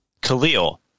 Khalil